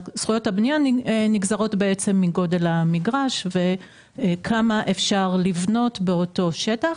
זכויות הבנייה נגזרות מגודל המגרש וכמה אפשר לבנות באותו השטח,